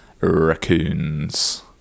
raccoons